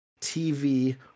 TV